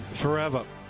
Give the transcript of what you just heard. forever.